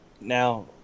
now